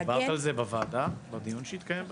את דיברת על זה בוועדה בדיון שהתקדם?